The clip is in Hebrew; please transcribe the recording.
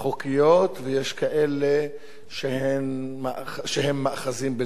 ויש כאלה שהן מאחזים בלתי חוקיים,